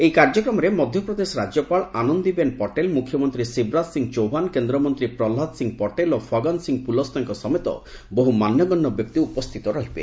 ଏହି କାର୍ଯ୍ୟକ୍ରମରେ ମଧ୍ୟପ୍ରଦେଶ ରାଜ୍ୟପାଳ ଆନନ୍ଦିବେନ୍ ପଟେଲ ମୁଖ୍ୟମନ୍ତ୍ରୀ ଶିବରାଜସିଂହ ଚୌହାନ୍ କେନ୍ଦ୍ରମନ୍ତ୍ରୀ ପ୍ରହଲ୍ଲାଦ ସିଂହ ପଟେଲ ଓ ଫଗନ ସିଂହ ପୁଲସ୍ତେଙ୍କ ସମେତ ବହୁ ମାନ୍ୟଗଣ୍ୟ ବ୍ୟକ୍ତି ଉପସ୍ଥିତ ରହିବେ